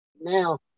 now